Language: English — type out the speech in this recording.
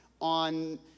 on